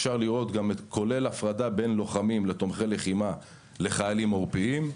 אפשר לראות גם הפרדה בין לוחמים לתומכי לחימה לחיילים עורפיים.